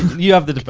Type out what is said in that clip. you have the debate.